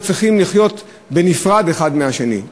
אנחנו צריכים לחיות בנפרד אחד מהשני.